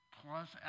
plus